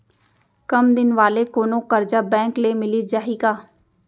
कम दिन वाले कोनो करजा बैंक ले मिलिस जाही का?